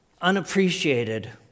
unappreciated